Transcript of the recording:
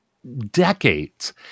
decades